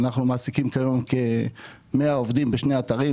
אנחנו מעסיקים כיום 100 עובדים בשני אתרים.